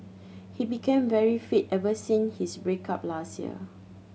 he became very fit ever since his break up last year